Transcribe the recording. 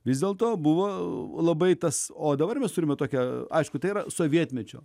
vis dėlto buvo labai tas o dabar mes turime tokią aišku tai yra sovietmečio